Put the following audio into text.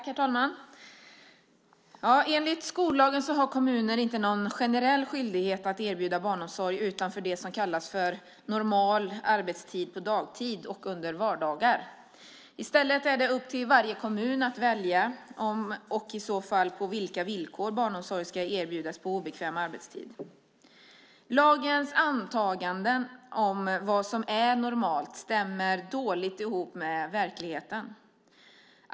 Herr talman! Enligt skollagen har kommuner inte någon generell skyldighet att erbjuda barnomsorg utanför det som kallas "normal arbetstid på dagtid och under vardagar". I stället är det upp till varje kommun att välja om och i så fall på vilka villkor barnomsorg ska erbjudas på obekväm arbetstid. Lagens antaganden om vad som är normalt stämmer dåligt med verkligheten.